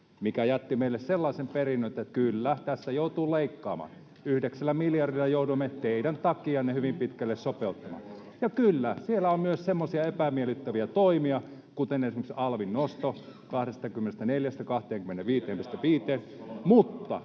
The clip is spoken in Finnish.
mikä jätti meille sellaisen perinnön, että kyllä tässä joutuu leikkaamaan. Yhdeksällä miljardilla jouduimme hyvin pitkälle teidän takianne sopeuttamaan. Ja kyllä siellä on myös semmoisia epämiellyttäviä toimia, kuten esimerkiksi alvin nosto 24:stä